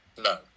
No